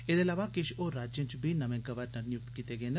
एह्दे इलावा किश होर राज्यें च बी नमें राज्यपाल नियुक्त कीते गे न